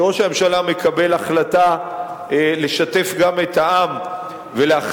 כשראש הממשלה מקבל החלטה לשתף גם את העם ולהחליט,